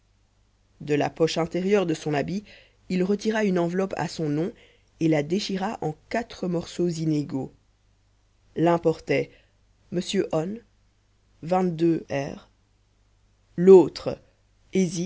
de la poche intérieure de son habit il retira une enveloppe à son nom et la déchira en quatre morceaux inégaux l'un portait monsieur on r l'autre